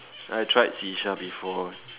I tried shisha before